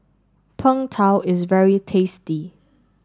Png Tao is very tasty